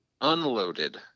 unloaded